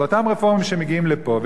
אבל אותם רפורמים שמגיעים לפה,